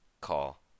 call